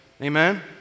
amen